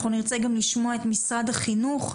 אנחנו נרצה גם לשמוע את משרד החינוך,